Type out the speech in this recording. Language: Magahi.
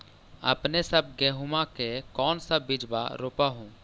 अपने सब गेहुमा के कौन सा बिजबा रोप हू?